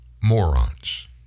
morons